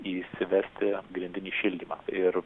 įsivesti grindinį šildymą ir